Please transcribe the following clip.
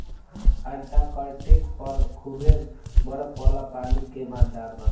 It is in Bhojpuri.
अंटार्कटिक पर खूबे बरफ वाला पानी के भंडार बा